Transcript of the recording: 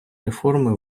реформи